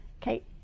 Kate